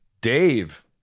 Dave